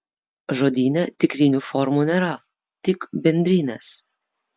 žodyne tikrinių formų nėra tik bendrinės